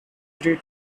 three